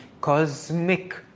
cosmic